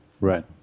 Right